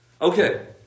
Okay